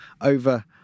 over